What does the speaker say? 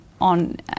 on